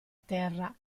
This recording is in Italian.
terra